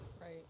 right